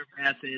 methods